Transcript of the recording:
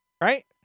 Right